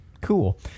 Cool